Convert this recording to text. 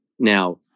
Now